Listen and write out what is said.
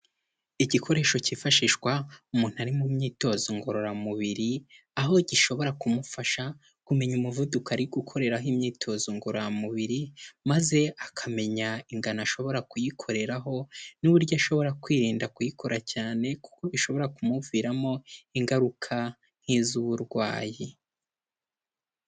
Igikoresho kifashishwa umuntu ari mu myitozo ngororamubiri, aho gishobora kumufasha kumenya umuvuduko ari gukoreraho imyitozo ngororamubiri, maze akamenya ingano ashobora kuyikoreraho n'uburyo ashobora kwirinda kuyikora cyane, kuko bishobora kumuviramo ingaruka nk'iz'uburwayi.